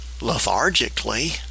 lethargically